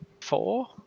Four